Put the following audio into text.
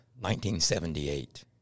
1978